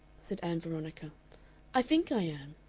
said ann veronica i think i am.